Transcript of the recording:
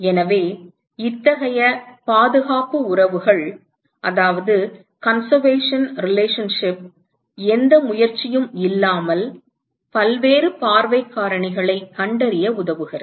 எனவே இத்தகைய பாதுகாப்பு உறவுகள் எந்த முயற்சியும் இல்லாமல் பல்வேறு பார்வைக் காரணிகளைக் கண்டறிய உதவுகிறது